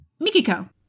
Mikiko